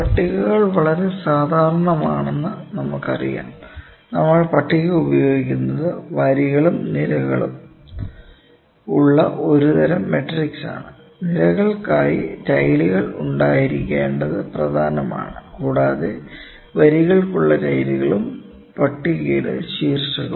പട്ടികകൾ വളരെ സാധാരണമാണെന്ന് നമുക്കറിയാം നമ്മൾ പട്ടിക ഉപയോഗിക്കുന്നത് വരികളും നിരകളും ഉള്ള ഒരു തരം മാട്രിക്സാണ് നിരകൾക്കായി ടൈലുകൾ ഉണ്ടായിരിക്കേണ്ടത് പ്രധാനമാണ് കൂടാതെ വരികൾക്കുള്ള ടൈലുകളും പട്ടികയുടെ ശീർഷകവും